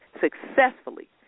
successfully